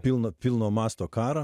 pilno pilno masto karo